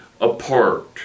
apart